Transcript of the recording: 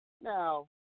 Now